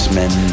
men